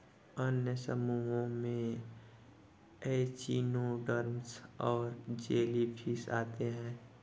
अन्य समूहों में एचिनोडर्म्स और जेलीफ़िश आते है